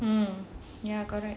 mm ya correct